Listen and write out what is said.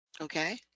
Okay